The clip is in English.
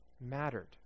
mattered